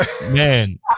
man